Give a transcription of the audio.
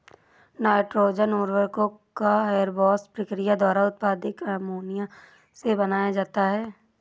nitrogen उर्वरकों को Haber Bosch प्रक्रिया द्वारा उत्पादित अमोनिया से बनाया जाता है